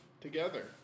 together